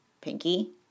Pinky